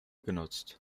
genutzt